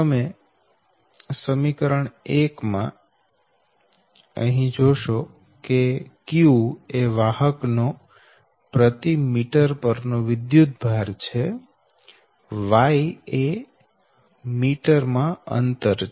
તો સમીકરણ 1 માં q એ વાહક નો પ્રતિ મીટર પરનો વિદ્યુતભાર છે y એ મીટર માં અંતર છે